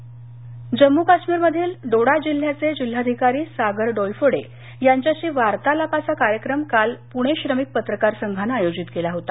वार्तालाप जम्मू काश्मीरमधील डोडा जिल्ह्याचे जिल्हाधिकारी सागर डोईफोडे यांच्याशी वार्तालापाचा कार्यक्रम काल पुणे श्रमिक पत्रकार संघानं आयोजित केला होता